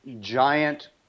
giant